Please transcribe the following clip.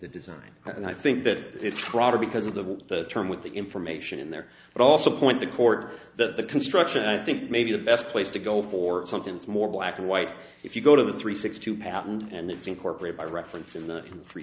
the design and i think that it's broader because of the term with the information in there but also point the court that the construction i think maybe the best place to go for something is more black and white if you go to the three six two patent and it's incorporate by reference in the three